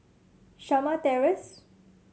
Shamah Terrace